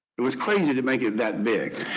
it was crazy to make it that big,